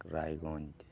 Raiganj